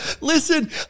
Listen